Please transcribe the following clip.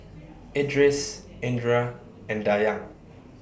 Idris Indra and Dayang